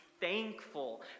thankful